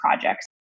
projects